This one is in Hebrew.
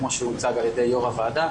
כמו שהוצג על ידי יו"ר הוועדה,